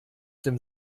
den